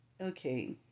okay